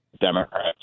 Democrats